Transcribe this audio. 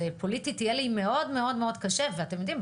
פוליטית יהיה לי מאוד מאוד קשה ואתם יודעים,